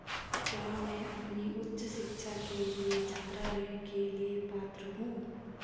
क्या मैं अपनी उच्च शिक्षा के लिए छात्र ऋण के लिए पात्र हूँ?